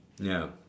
ya